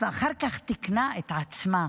ואחר כך תיקנה את עצמה,